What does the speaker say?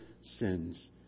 sins